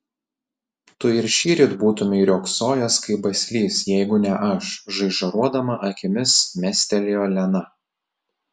tu ir šįryt būtumei riogsojęs kaip baslys jeigu ne aš žaižaruodama akimis mestelėjo lena